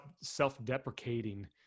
self-deprecating